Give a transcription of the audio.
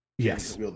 Yes